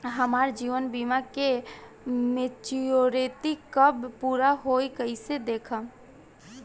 हमार जीवन बीमा के मेचीयोरिटी कब पूरा होई कईसे देखम्?